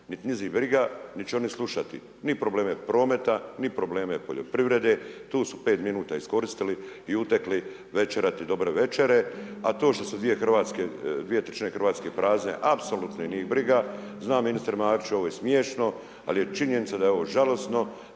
Nit njizi briga nit će oni slušati, ni probleme prometa, ni probleme poljoprivrede, tu su pet minuta iskoristili, i utekli večerati dobre večere, a to što su dvije trećine Hrvatske prazne, apsolutno ih nije briga. Zna ministar Marić, ovo je smiješno, ali je činjenica da je ovo žalosno